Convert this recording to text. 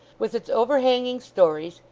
with its overhanging stories,